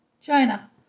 China